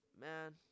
man